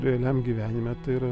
realiam gyvenime tai yra